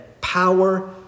power